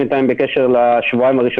אני פותח את הישיבה.